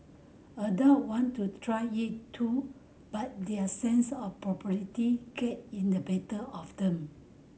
adult want to try it too but their sense of propriety get in the better of them